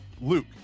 Luke